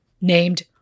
named